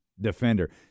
defender